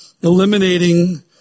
eliminating